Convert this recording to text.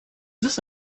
this